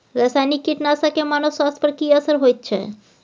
रसायनिक कीटनासक के मानव स्वास्थ्य पर की असर होयत छै?